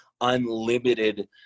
unlimited